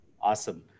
Awesome